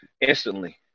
instantly